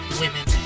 women